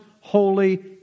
holy